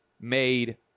made